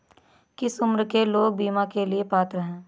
किस उम्र के लोग बीमा के लिए पात्र हैं?